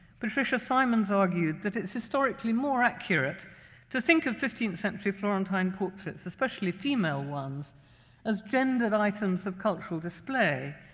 patricia simons argued that it's historically more accurate to think of fifteenth century florentine portraits especially female ones as gendered items of cultural display,